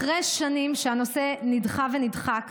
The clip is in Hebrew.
אחרי שנים שהנושא נדחה ונדחק,